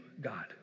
God